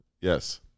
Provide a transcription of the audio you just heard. Yes